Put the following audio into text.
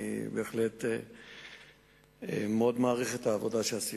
אני בהחלט מאוד מעריך את העבודה שעשית.